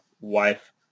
wife